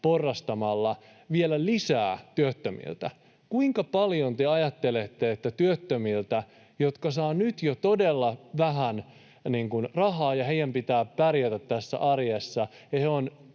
porrastamalla vielä lisää työttömiltä. Kuinka paljon te ajattelette, että työttömiltä, jotka saavat nyt jo todella vähän rahaa ja heidän pitää pärjätä tässä arjessa